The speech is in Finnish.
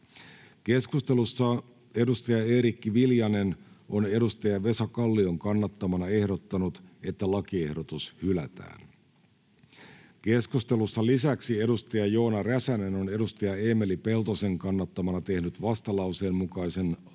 Keskustelussa Eerikki Viljanen on Vesa Kallion kannattamana ehdottanut, että lakiehdotus hylätään. Lisäksi keskustelussa Joona Räsänen on Eemeli Peltosen kannattamana tehnyt vastalauseen 1 mukaisen